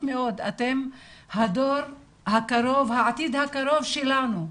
מאוד אתם הדור הקרוב העתיד הקרוב שלנו,